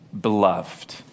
Beloved